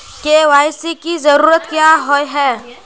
KYC की जरूरत क्याँ होय है?